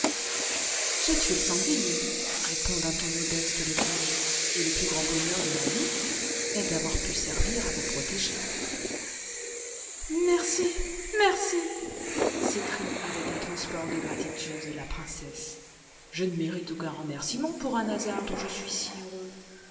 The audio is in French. j'ai tué le sanglier répond d'un ton modeste l'étranger et le plus grand bonheur de ma vie est d'avoir pu servir à vous protéger merci merci s'écrie avec un transport de grautiide la princesse je ne mérite aucun remercîment pour un hasard dont je suis si heureux